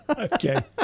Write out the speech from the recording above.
okay